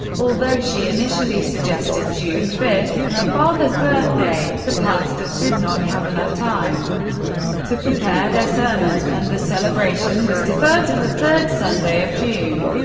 although she initially suggested june five, her father's birthday, the pastors did not have enough time to prepare their sermons, and the celebration was deferred to the third sunday of june.